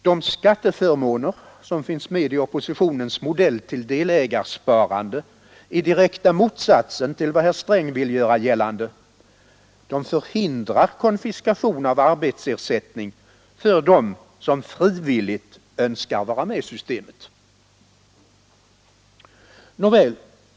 De skatteförmåner som finns med i oppositionens modell till delägarsparande är den direkta motsatsen till vad herr Sträng ville göra gällande: de förhindrar konfiskation av arbetsersättning för dem som frivilligt önskar vara med i systemet. Nåväl.